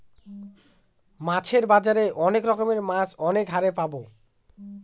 মাছের বাজারে অনেক রকমের মাছ অনেক হারে পাবো